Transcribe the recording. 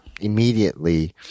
immediately